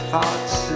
Thoughts